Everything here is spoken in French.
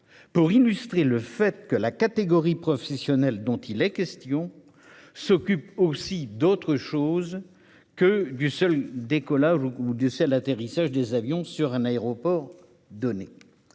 pour illustrer le fait que la catégorie professionnelle dont il est question s'occupe aussi d'autre chose que du décollage ou de l'atterrissage des avions sur un aéroport donné